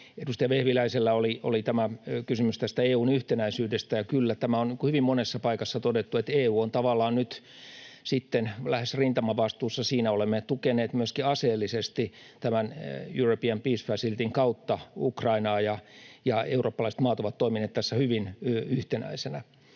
Edustaja Vehviläisellä oli kysymys tästä EU:n yhtenäisyydestä, ja kyllä, tämä on hyvin monessa paikassa todettu, että EU on tavallaan nyt sitten lähes rintamavastuussa. Olemme tukeneet myöskin aseellisesti tämän European Peace Facilityn kautta Ukrainaa, ja eurooppalaiset maat ovat toimineet tässä hyvin yhtenäisinä.